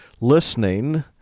listening